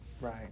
Right